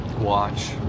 watch